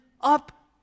up